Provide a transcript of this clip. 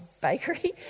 Bakery